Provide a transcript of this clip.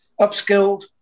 upskilled